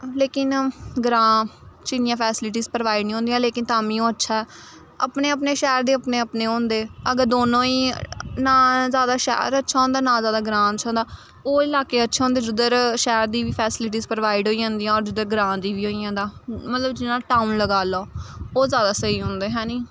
लेकिन ग्रां च इन्नियां फैसीलिटीस प्रोवाइड निं होंदियां लेकिन ताह्म्मीं ओह् अच्छा ऐ अपने अपने शैह्र दे अपने अपने ओह् होंदे अगर दोनों गै ना जैदा शैह्र अच्छा होंदा ना जैदा ग्रां अच्छा होंदा ओह् इलाके अच्छे होंदे जिद्धर शैह्र दी बी फैसीलिटीस प्रोवाइड होई जंदियां होर जिद्धर ग्रां दियां बी होई जंदा मतलब जि'यां टाउन लगाई लैओ ओह् जैदा स्हेई होंदे है नी